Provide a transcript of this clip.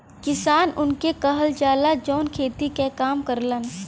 किसान उनके कहल जाला, जौन खेती क काम करलन